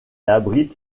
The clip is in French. abrite